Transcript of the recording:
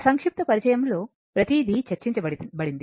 సంక్షిప్త పరిచయంలో ప్రతిదీ చర్చించబడింది